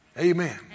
Amen